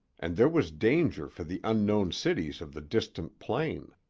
and there was danger for the unknown cities of the distant plain.